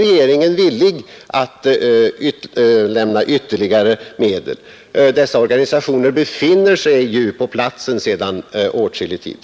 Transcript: De befinner sig ju på platsen sedan åtskillig tid.